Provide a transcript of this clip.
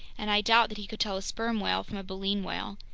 and i doubt that he could tell a sperm whale from a baleen whale!